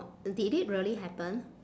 did it really happen